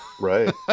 Right